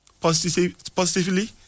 positively